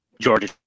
Georgia